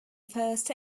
first